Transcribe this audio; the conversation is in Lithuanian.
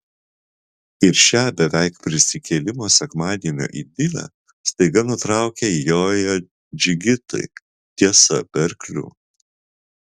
ir šią beveik prisikėlimo sekmadienio idilę staiga nutraukia įjoję džigitai tiesa be arklių